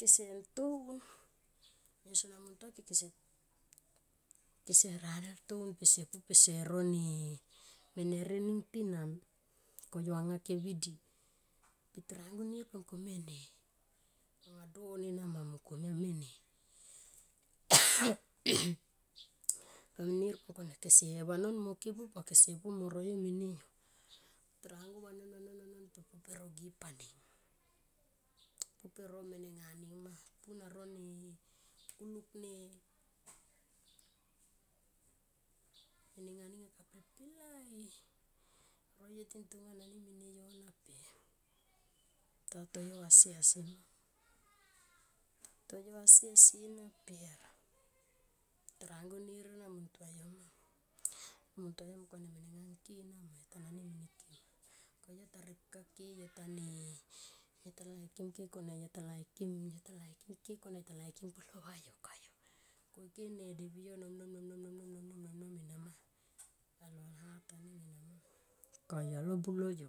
Kese ntoun yo sona muntu ke kese radel to un pe kese pu pe kese no ne mene rie ning tinan koyu anga ke vidi. Pe turangu nir pe mung ko mene anga don ena ma mung kone mene. Nir pe mung kone kese vanon mo ke buka kese pu mo noie mene yo. Turangu vanon vanon pe pu pe ro gip aning pu pe ro ne kuluk ne mene nga ning kaplpi lai rore tin tonga nani mene yo na pe tarangu nir ena. Mun tua yo ma. mun tua yo nga mene nga ngke nama yo ta nani mene ke ko yo ta rip ka ke yo ta ne laikim yo ta ne laikim ke kona yo ta laikim. yo ta laikim ken kona yo ta rip ka ke yo koyu. Ko ike ne devi yo nom nom nom ena ma do hat aning ena ma koyu alo mbu lo yo.